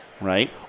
right